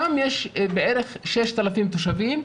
שם יש בערך 6,000 תושבים,